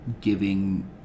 giving